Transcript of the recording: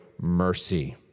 mercy